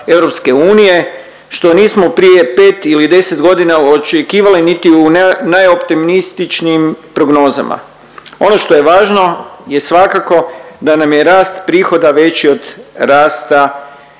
što nismo prije pet ili deset godina očekivali niti u najoptimističnim prognozama. Ono što je važno je svakako da nam je rast prihoda veći od rasta